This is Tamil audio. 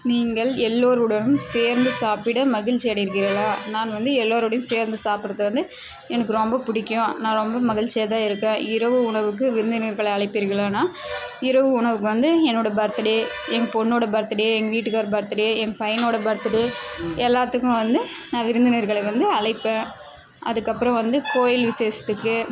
நீங்கள் எல்லோருடனும் சேர்ந்து சாப்பிட மகிழ்ச்சி அடைவீர்களா நான் வந்து எல்லோருடவும் சேர்ந்து சாப்பிடுரது வந்து எனக்கு ரொம்ப பிடிக்கும் நான் ரொம்ப மகிழ்ச்சியாக தான் இருக்க இரவு உணவுக்கு விருந்தினர்களை அழைப்பிர்களான்னா இரவு உணவுக்கு வந்து என்னோட பர்த்துடே என் பொண்ணோட பர்த்துடே என் வீட்டுக்கார் பர்த்துடே என் பையனோட பர்த்துடே எல்லாத்துக்கும் வந்து நான் விருந்தினர்களை வந்து அழைப்பன் அதுக்கு அப்பறம் வந்து கோவில் விசேஷத்துக்கு